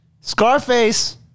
Scarface